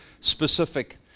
specific